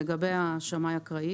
לגבי שמאי אקראי